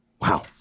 Wow